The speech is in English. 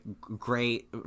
great